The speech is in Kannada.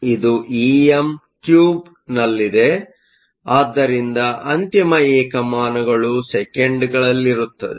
ಆದ್ದರಿಂದ ಇದು em3 ನಲ್ಲಿದೆ ಆದ್ದರಿಂದ ಅಂತಿಮ ಏಕಮಾನಗಳು ಸೆಕೆಂಡುಗಳಲ್ಲಿರುತ್ತದೆ